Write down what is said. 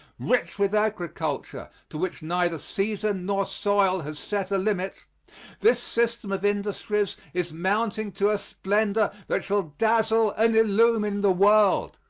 rich with agriculture, to which neither season nor soil has set a limit this system of industries is mounting to a splendor that shall dazzle and illumine the world.